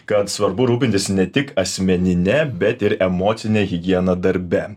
kad svarbu rūpintis ne tik asmenine bet ir emocine higiena darbe